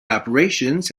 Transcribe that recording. operations